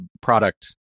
product